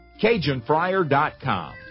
CajunFryer.com